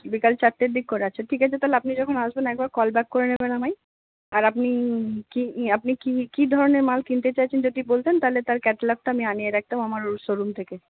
বিকেল চারটের দিক করে আচ্ছা ঠিক আছে তাহলে আপনি যখন আসবেন একবার কল ব্যাক করে নেবেন আমায় আর আপনি কি আপনি কি কি ধরনের মাল কিনতে চাইছেন যদি বলতেন তাহলে তার ক্যাটলগটা আমি আনিয়ে রাখতাম আমি আমার শোরুম থেকে